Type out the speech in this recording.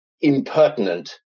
impertinent